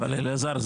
אבל אלעזר,